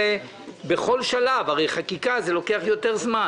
בכל שלב הרי חקיקה לוקחת יותר זמן